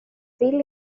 vill